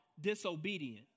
disobedient